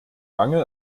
mangel